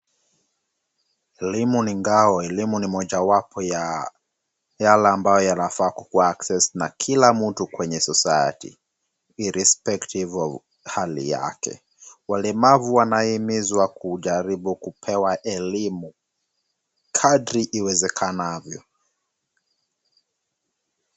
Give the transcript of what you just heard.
Elimu ni ngao . Elimu ni mojawapo ya yale ambayo yanayofaa kuwa accessed na kila mtu kwenye society irrespective of hali yake. Walemavu wanahimizwa kujaribu kupewa elimu kadri iwezekanavyo.